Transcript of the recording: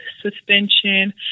suspension